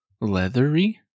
leathery